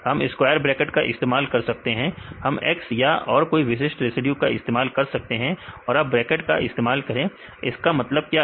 हम square bracket का इस्तेमाल कर सकते हैं हम X या और कोई विशिष्ट रेसिड्यू का इस्तेमाल कर सकते हैं और आप ब्रैकेट का इस्तेमाल करें इसका मतलब क्या है